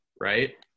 right